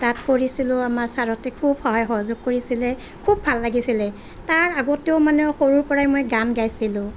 তাত পঢ়িছিলোঁ আমাৰ চাৰহঁতে খুব সহায় সহযোগ কৰিছিলে খুব ভাল লাগিছিলে তাৰ আগতেও মানে সৰুৰ পৰাই মই গান গাইছিলোঁ